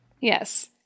Yes